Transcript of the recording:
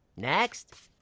next!